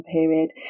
period